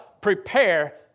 prepare